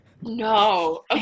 No